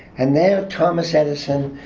and they are thomas edison,